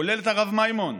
כולל את הרב מימון.